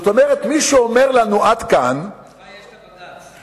זאת אומרת מי שאומר לנו: עד כאן, לך יש בג"ץ.